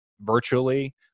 virtually